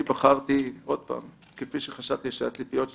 אני בחרתי, כפי שחשבתי שהציפיות שלכם,